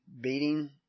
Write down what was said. beating